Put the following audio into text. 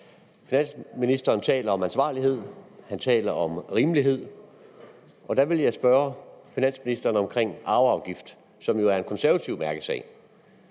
Finansministeren taler om ansvarlighed, han taler om rimelighed, og der vil jeg spørge finansministeren om arveafgiften, som jo er en konservativ mærkesag: